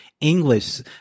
english